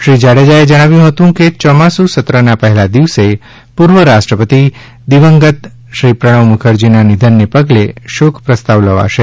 શ્રી જાડેજાએ જણાવ્યું હતું કે યોમાસું સત્રના પહેલા દિવસે પૂર્વ રાષ્ટ્રપતિ દિવંગત શ્રી પ્રણવ મુખર્જીના નિધનને પગલે શોક પ્રસ્તાવ લવાશે